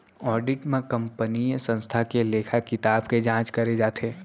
audit म कंपनीय संस्था के लेखा किताब के जांच करे जाथे